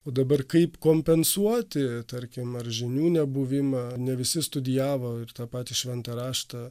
o dabar kaip kompensuoti tarkim ar žinių nebuvimą ne visi studijavo ir tą patį šventą raštą